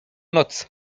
noc